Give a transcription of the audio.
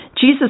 Jesus